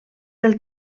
del